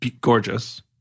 Gorgeous